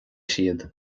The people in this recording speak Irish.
siad